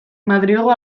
madrilgo